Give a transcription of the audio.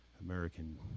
American